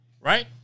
right